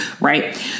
right